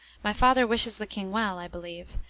my father wishes the king well, i believe,